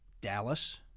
Dallas